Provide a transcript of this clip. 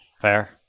Fair